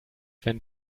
wenn